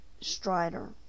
Strider